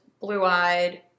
blue-eyed